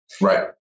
right